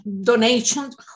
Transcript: donations